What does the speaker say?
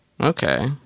Okay